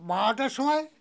বারোটার সময়